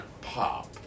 pop